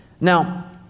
Now